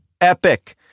epic